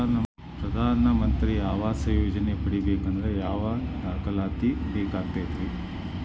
ಪ್ರಧಾನ ಮಂತ್ರಿ ಆವಾಸ್ ಯೋಜನೆ ಪಡಿಬೇಕಂದ್ರ ಯಾವ ದಾಖಲಾತಿ ಬೇಕಾಗತೈತ್ರಿ?